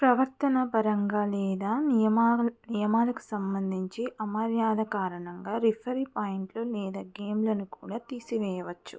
ప్రవర్తనపరంగా లేదా నియమావ నియమాలకు సంబంధించి అమర్యాద కారణంగా రిఫరీ పాయింట్లు లేదా గేమ్లను కూడా తీసివేయవచ్చు